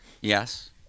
Yes